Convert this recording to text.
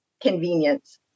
convenience